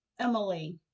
Emily